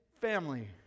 family